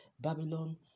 Babylon